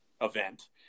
event